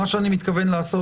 מה שאני מתכוון לעשות,